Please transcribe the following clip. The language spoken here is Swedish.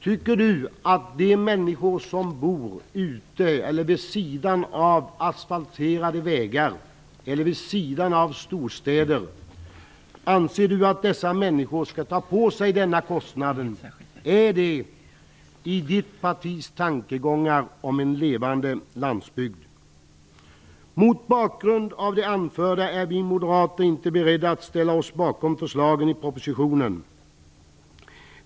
Tycker Ronny Korsberg att de människor som bor vid sidan av asfalterade vägar eller vid sidan av storstäder skall ta på sig denna kostnad? Är det förenligt med Miljöpartiets tankegångar om en levande landsbygd? Mot bakgrund av det anförda är vi moderater inte beredda att ställa oss bakom förslagen i propositionen.